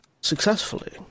successfully